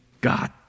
God